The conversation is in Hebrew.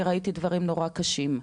אני ראיתי דברים נורא קשים,